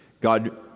God